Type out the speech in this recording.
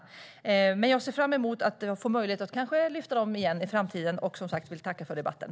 Jag ser fram emot att få möjlighet att lyfta de frågorna igen i framtiden. Som sagt vill jag tacka för debatten.